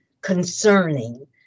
concerning